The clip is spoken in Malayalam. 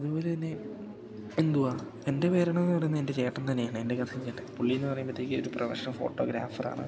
അതുപോലെത്തന്നെ എന്തുവാ എൻ്റെ പ്രേരണ എന്ന് പറയുന്നത് എൻ്റെ ചേട്ടൻ തന്നെയാണെൻ്റെ കസിൻ ചേട്ടൻ പുള്ളി എന്ന് പറയുമ്പോഴ്ത്തേക്കും ഒരു പ്രഫഷണൽ ഫോട്ടോഗ്രാഫർ ആണ്